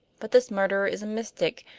but this murderer is a mystic.